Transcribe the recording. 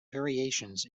variations